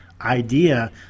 idea